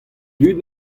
dud